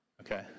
okay